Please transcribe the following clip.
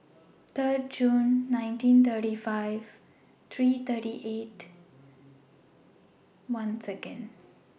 Third Jun nineteen thirty five three thirty eight once again